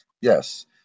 Yes